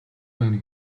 байна